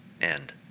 end